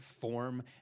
form